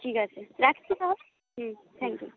ঠিক আছে রাখছি তাহলে হুম থ্যাংক ইউ